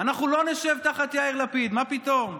אנחנו לא נשב תחת יאיר לפיד, מה פתאום.